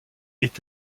est